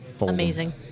Amazing